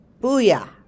Booyah